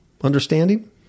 Understanding